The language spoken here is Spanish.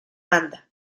banda